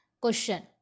Question